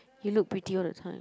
you look pretty all the time